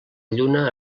lluna